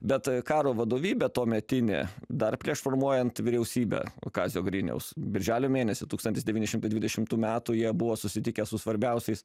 bet karo vadovybė tuometinė dar prieš formuojant vyriausybę kazio griniaus birželio mėnesį tūkstantis devyni šimtai dvidešimtų metų jie buvo susitikę su svarbiausiais